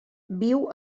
viu